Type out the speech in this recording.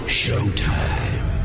showtime